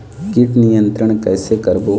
कीट नियंत्रण कइसे करबो?